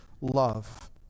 love